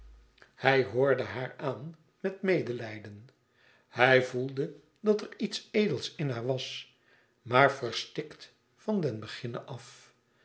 hij hoorde haar aan met medelijden hij voelde dat er iets edels in haar was maar verstikt van den beginne af